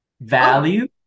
value